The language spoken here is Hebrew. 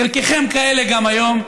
חלקכם כאלה גם היום.